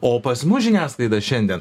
o pas mus žiniasklaida šiandien